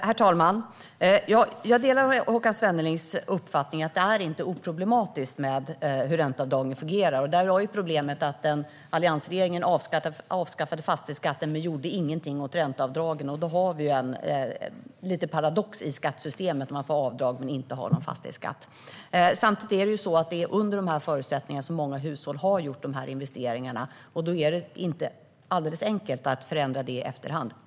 Herr talman! Jag delar Håkan Svennelings uppfattning att det inte är oproblematiskt hur ränteavdragen fungerar. Vi har problemet att alliansregeringen avskaffade fastighetsskatten men inte gjorde någonting åt ränteavdragen. Där har vi en liten paradox i skattesystemet. Man får avdrag men har ingen fastighetsskatt. Samtidigt är det så att det är under de här förutsättningarna som många hushåll har gjort sina investeringar. Då är det inte alldeles enkelt att förändra det i efterhand.